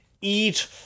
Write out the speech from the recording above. Eat